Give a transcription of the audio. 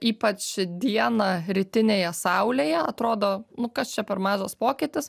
ypač dieną rytinėje saulėje atrodo nu kas čia per mažas pokytis